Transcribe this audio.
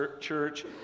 church